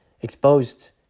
exposed